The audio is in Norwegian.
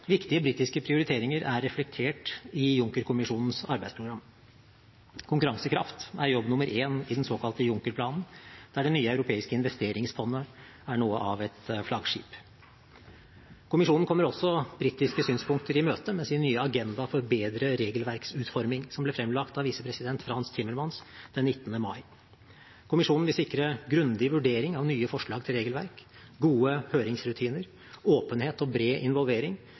viktige britiske prioriteringer er reflektert i Juncker-kommisjonens arbeidsprogram. Konkurransekraft er jobb nummer én i den såkalte Juncker-planen, der det nye europeiske investeringsfondet er noe av et flaggskip. Kommisjonen kommer også britiske synspunkter i møte med sin nye agenda for bedre regelverksutforming, som ble fremlagt av visepresident Frans Timmermans den 19. mai. Kommisjonen vil sikre grundig vurdering av nye forslag til regelverk, gode høringsrutiner, åpenhet og bred involvering